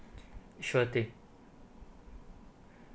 sure thing